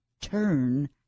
Turn